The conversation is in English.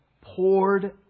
poured